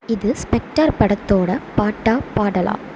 இது ஸ்பெக்டர் படத்தோடய பாட்டா பாடலா